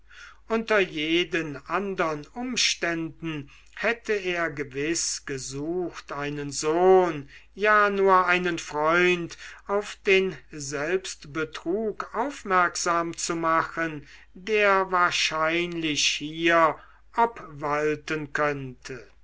unter jeden andern umständen hätte er gewiß gesucht einen sohn ja nur einen freund auf den selbstbetrug aufmerksam zu machen der wahrscheinlich hier obwalten könnte